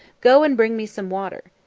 go and bring me some water.